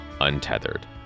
Untethered